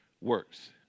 works